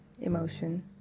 emotion